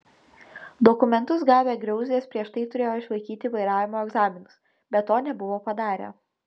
dokumentus gavę griauzdės prieš tai turėjo išlaikyti vairavimo egzaminus bet to nebuvo padarę